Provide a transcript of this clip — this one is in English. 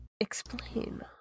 explain